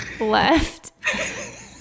left